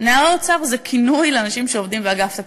נערי האוצר זה כינוי לאנשים שעובדים באגף תקציבים.